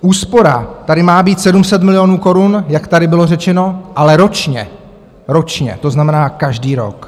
Úspora tady má být 700 milionů korun, jak tady bylo řečeno, ale ročně ročně to znamená každý rok.